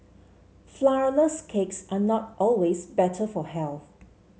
flourless cakes are not always better for health